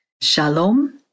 Shalom